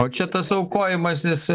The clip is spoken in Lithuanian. o čia tas aukojimasis